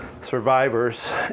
survivors